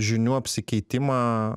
žinių apsikeitimą